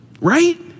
Right